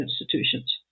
institutions